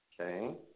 Okay